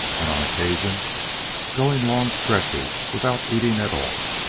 and on occasion going long stretches without eating at all.